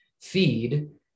feed